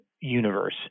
universe